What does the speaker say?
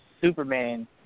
Superman